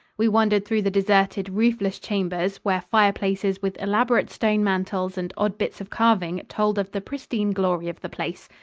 we wandered through the deserted, roofless chambers where fireplaces with elaborate stone mantels and odd bits of carving told of the pristine glory of the place.